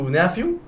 nephew